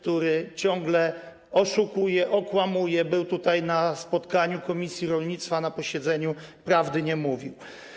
Ten pan ciągle oszukuje, okłamuje, był tutaj na spotkaniu w komisji rolnictwa, na posiedzeniu - prawdy nie mówił.